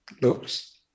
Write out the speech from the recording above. looks